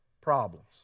problems